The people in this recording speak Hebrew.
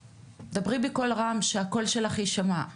דברי בקול רם, שהקול שלך יישמע.